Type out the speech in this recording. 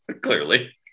clearly